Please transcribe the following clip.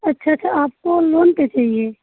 अच्छा अच्छा आपको लोन पे चाहिए